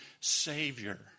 Savior